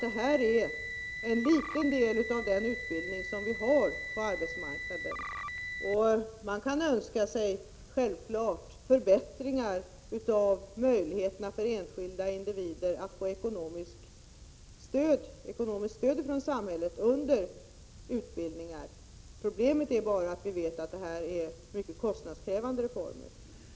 Detta är en liten del av den utbildning som vi har på arbetsmarknaden. Man kan självfallet önska sig förbättringar av möjligheterna för enskilda individer att få ekonomiskt stöd från samhället under utbildning. Problemet är bara att vi vet att det är mycket kostnadskrävande reformer.